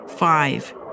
Five